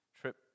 trip